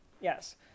Yes